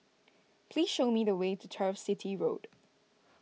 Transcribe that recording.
please show me the way to Turf City Road